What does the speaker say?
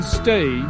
stay